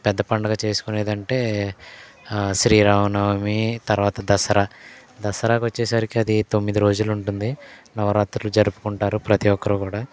పెద్ద పండగ చేసుకునేది అంటే శ్రీరామనవమి తర్వాత దసరా దసరాకు వచ్చేసరికి అది తొమ్మిది రోజులు ఉంటుంది నవరాత్రులు జరుపుకుంటారు ప్రతి ఒక్కరూ కూడా